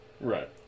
Right